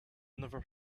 never